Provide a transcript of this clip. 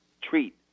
treat